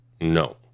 No